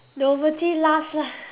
novelty last lah